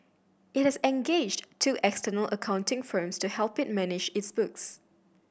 it has engaged two external accounting firms to help it manage its books